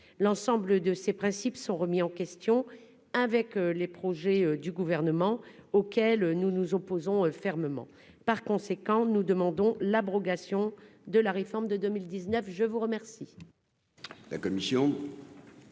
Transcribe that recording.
l'ensemble de ces principes sont remis en question avec les projets du gouvernement auquel nous nous opposons fermement, par conséquent, nous demandons l'abrogation de la réforme de 2019 je vous remercie.